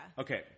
Okay